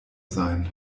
sein